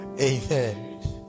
amen